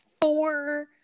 four